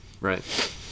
right